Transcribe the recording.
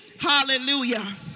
Hallelujah